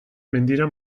mendira